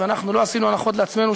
ואנחנו לא עשינו הנחות לעצמו,